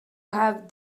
have